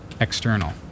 external